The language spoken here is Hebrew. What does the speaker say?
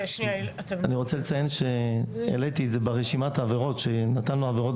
לציין שהעליתי את זה ברשימת עבירות בספורט